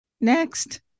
next